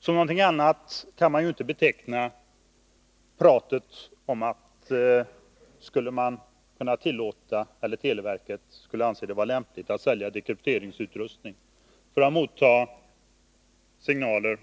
Som någonting annat kan man inte beteckna pratet om att skulle man tillåta televerket att sälja dekrypteringsutrustning för att motta signaler